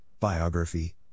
Biography